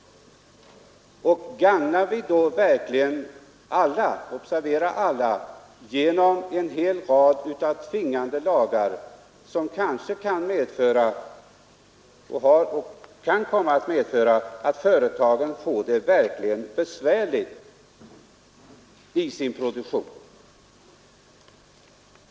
Gagnar vi då verkligen alla genom en hel rad av tvingande lagar, som kanske kan medföra att företagen verkligen får svårigheter i sin produktion?